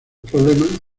problemas